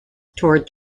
towards